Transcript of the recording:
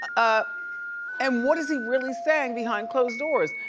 ah and what is he really saying behind closed doors?